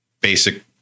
basic